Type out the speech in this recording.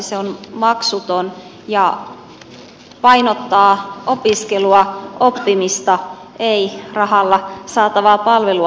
se on maksuton ja painottaa opiskelua oppimista ei rahalla saatavaa palvelua